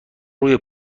روی